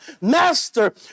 Master